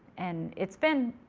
and it's been,